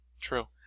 True